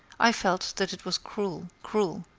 i felt that it was cruel, cruel.